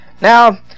Now